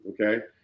Okay